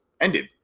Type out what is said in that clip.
ended